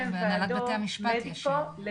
הן ועדות מדיקולגאליות,